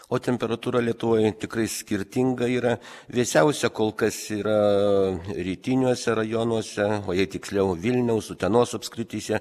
o temperatūra lietuvoje tikrai skirtinga yra vėsiausia kol kas yra rytiniuose rajonuose o jei tiksliau vilniaus utenos apskrityse